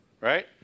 Right